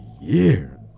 years